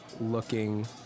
looking